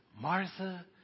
Martha